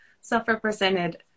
self-represented